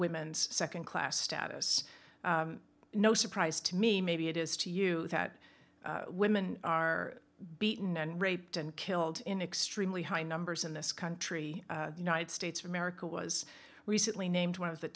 women's nd class status no surprise to me maybe it is to you that women are beaten and raped and killed in extremely high numbers in this country the united states of america was recently named one of the